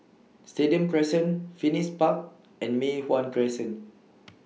Stadium Crescent Phoenix Park and Mei Hwan Crescent